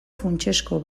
funtsezko